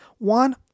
One